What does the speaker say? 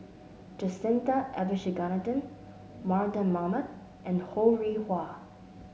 Jacintha Abisheganaden Mardan Mamat and Ho Rih Hwa